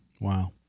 Wow